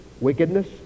wickedness